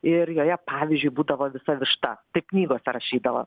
ir joje pavyzdžiui būdavo visa višta taip knygose rašydavo